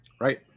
Right